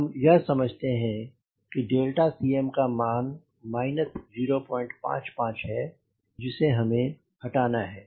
हम यह समझते हैं किCm का मान माइनस 055 है जिसे हमें हटाना है